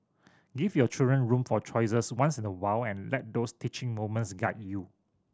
give your children room for choices once in a while and let those teaching moments guide you